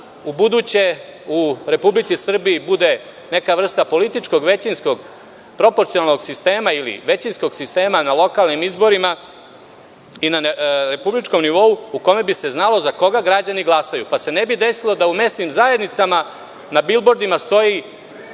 u buduće u Republici Srbiji bude neka vrsta političkog većinskog proporcijalnog sistema ili većinskog sistema na lokalnim izborima i na republičkom nivou u kome bi se znala za koga građani glasaju, pa se ne bi desilo da u mesnim zajednicama na bilbordima stoji